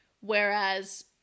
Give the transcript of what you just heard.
Whereas